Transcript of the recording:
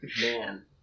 Man